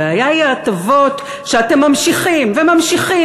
הבעיה היא ההטבות שאתם ממשיכים וממשיכים